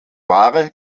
ware